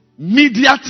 Media